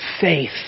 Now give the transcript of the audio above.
faith